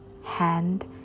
hand